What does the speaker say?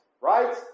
right